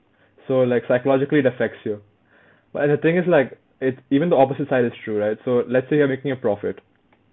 so like psychologically it affects you and the thing is like it's even the opposite side is true right so let's say you're making a profit